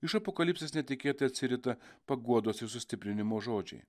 iš apokalipsės netikėtai atsirita paguodos ir sustiprinimo žodžiai